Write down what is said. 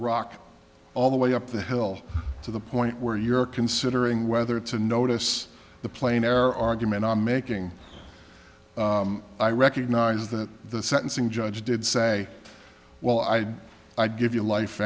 rock all the way up the hill to the point where you're considering whether to notice the plane air argument i'm making i recognize that the sentencing judge did say well i'd i'd give you life